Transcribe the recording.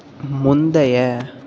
முந்தைய